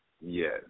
Yes